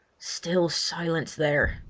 still silence there!